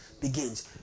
begins